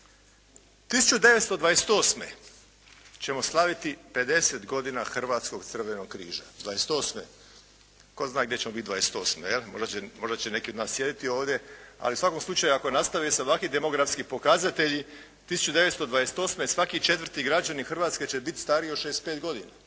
1928. ćemo slaviti pedeset godina Hrvatskog crvenog križa, 28., tko zna gdje ćemo biti 28. Možda će neki od nas sjediti ovdje, ali u svakom slučaju ako nastave se ovakvi demografski pokazatelji 1928. svaki četvrti građanin Hrvatske će biti stariji od 65 godina.